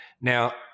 Now